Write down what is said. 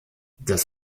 das